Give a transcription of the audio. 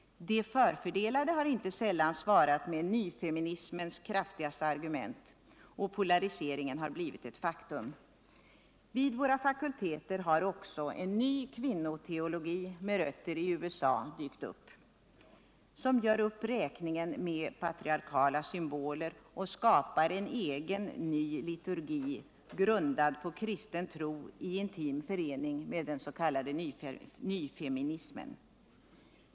De förfördelade har inte sällan svarat med nyfeminismens kraftigaste argument, och polariseringen har blivit ett faktum. Vid våra fakulteter har också en ny kvinnoteologi med rötter i USA dykt upp, som gör upp räkningen med patriarkala symboler och skapar en egen ny liturgi grundad på kristen tro i intim förening med den s.k. nyfeminismen.